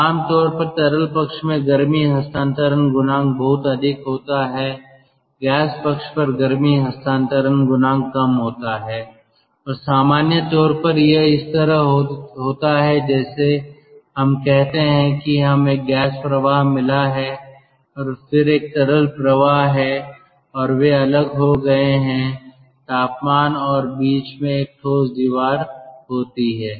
तो आम तौर पर तरल पक्ष में गर्मी हस्तांतरण गुणांक बहुत अधिक होता है गैस पक्ष पर गर्मी हस्तांतरण गुणांक कम होता है और सामान्य तौर पर यह इस तरह होता है जैसे हम कहते हैं कि हमें एक गैस प्रवाह मिला है और फिर एक तरल प्रवाह और वे अलग हो गए हैं तापमान और बीच में एक ठोस दीवार होती है